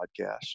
podcast